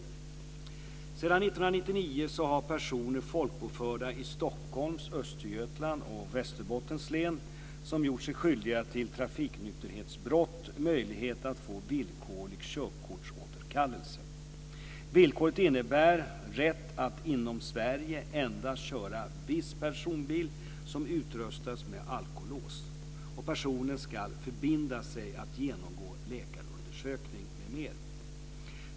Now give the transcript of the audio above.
Sedan 1999 har personer folkbokförda i Stockholms, Östergötlands och Västerbottens län som gjort sig skyldiga till trafiknykterhetsbrott möjlighet att få villkorlig körkortsåterkallelse. Villkoret innebär rätt att inom Sverige endast köra viss personbil som utrustats med alkolås. Personen ska förbinda sig att genomgå läkarundersökning m.m.